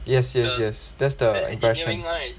yes yes yes that's the impression